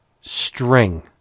string